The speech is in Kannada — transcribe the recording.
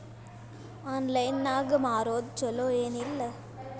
ಆನ್ಲೈನ್ ನಾಗ್ ಮಾರೋದು ಛಲೋ ಏನ್ ಇಲ್ಲ?